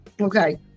okay